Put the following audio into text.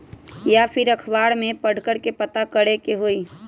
या फिर अखबार में पढ़कर के पता करे के होई?